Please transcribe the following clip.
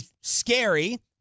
scary